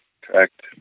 Correct